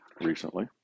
recently